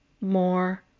more